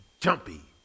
jumpy